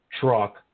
truck